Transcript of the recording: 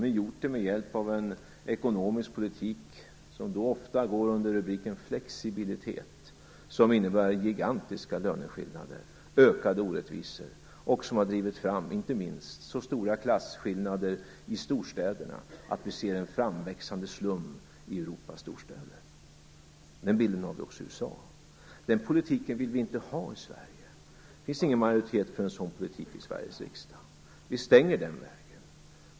De har gjort det med hjälp av en ekonomisk politik som ofta går under rubriken flexibilitet, som innebär gigantiska löneskillnader, ökade orättvisor och som inte minst har drivit fram så stora klasskillnader i storstäderna att vi ser en framväxande slum i Europas storstäder. Den bilden har man också i USA. Den politiken vill vi inte ha i Sverige. Det finns ingen majoritet för en sådan politik i Sveriges riksdag. Vi stänger den vägen.